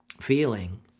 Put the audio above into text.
feeling